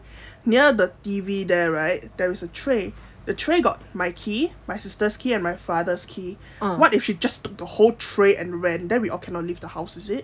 near the T_V there right there is a tray the tray got my key my sister's key and my father's key what if she just took the whole tray and when then we cannot leave the house is it